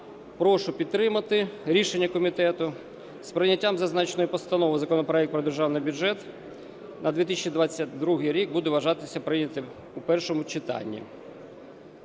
Прошу підтримати рішення комітету. З прийняттям зазначеної постанови законопроект про Державний бюджет на 2022 рік буде вважатися прийнятим у першому читанні.